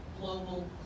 global